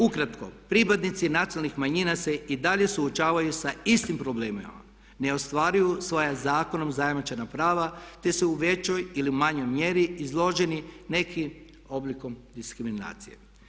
Ukratko pripadnici nacionalnih manjina se i dalje uočavaju sa istim problemima ne ostvaruju svoja zakonom zajamčena prava te se u većoj ili manjoj mjeri izloženi nekim oblikom diskriminacije.